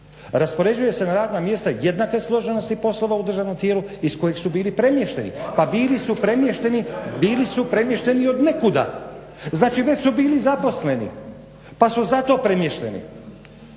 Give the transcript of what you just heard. raspoređuje se na radna mjesta jednake složenosti poslova u državnom tijelu iz kojeg su bili premješteni. Pa bili su premješteni i od nekuda. Znači već su bili zaposleni, pa su zato premješteni.